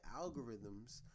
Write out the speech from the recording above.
algorithms